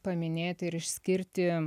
paminėti ir išskirti